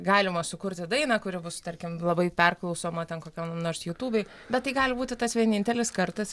galima sukurti dainą kuri bus tarkim labai perklausoma ten kokioj nors jutubėj bet tai gali būti tas vienintelis kartas